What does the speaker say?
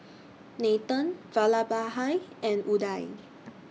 Nathan Vallabhbhai and Udai